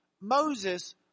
Moses